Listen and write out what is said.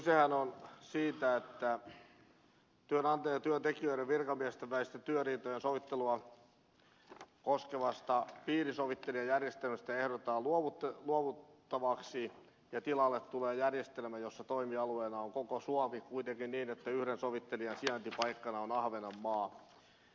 kysehän on siitä että työnantajien ja työntekijöiden virkamiesmäistä työriitojen sovittelua koskevasta piirisovittelijajärjestelmästä ehdotetaan luovuttavaksi ja tilalle tulee järjestelmä jossa toimialueena on koko suomi kuitenkin niin että yhden sovittelijan sijaintipaikkana on ahvenanmaa